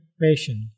patient